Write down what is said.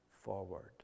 Forward